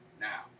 now